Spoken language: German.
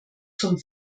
zum